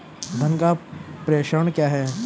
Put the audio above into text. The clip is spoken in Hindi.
धन का प्रेषण क्या है?